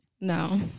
No